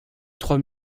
trois